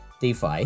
DeFi